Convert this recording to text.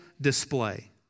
display